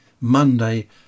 Monday